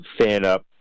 FanUp